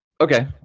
Okay